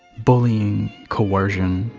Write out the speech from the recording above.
bullying, coercion,